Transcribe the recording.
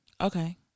Okay